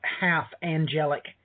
half-angelic